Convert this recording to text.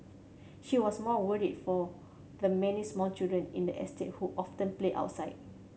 she was more for the many small children in the estate who often play outside